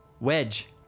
Wedge